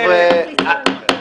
חבר'ה,